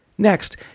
Next